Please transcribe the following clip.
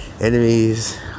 enemies